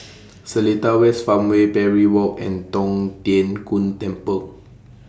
Seletar West Farmway Parry Walk and Tong Tien Kung Temple